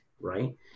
right